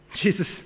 Jesus